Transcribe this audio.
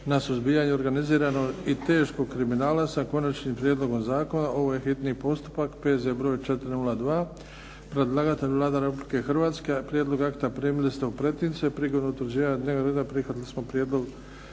na suzbijanju organiziranog i teškog kriminala, s Konačnim prijedlogom zakona, hitni postupak, prvo i drugo čitanje, P.Z. br. 402 Predlagatelj je Vlada Republike Hrvatske. Prijedlog akta primili ste u pretince. Prigodom utvrđivanja dnevnog reda prihvatili smo prijedlog